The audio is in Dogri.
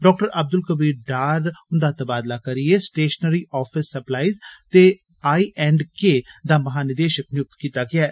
डॉ अब्दुल कबीर डॉर हुन्दा तबादला करियै सटैशनरी आफिस सप्लाईज ते आई एंड के दा महानिदेशक नियुक्त कीता गेआ ऐ